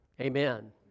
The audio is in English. amen